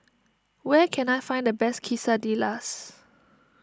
where can I find the best Quesadillas